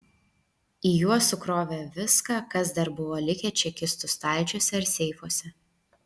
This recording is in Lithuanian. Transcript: į juos sukrovė viską kas dar buvo likę čekistų stalčiuose ar seifuose